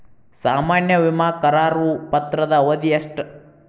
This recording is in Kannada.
ಸಾಮಾನ್ಯ ವಿಮಾ ಕರಾರು ಪತ್ರದ ಅವಧಿ ಎಷ್ಟ?